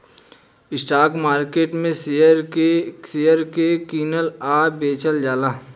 stock market में share के कीनल आ बेचल जाला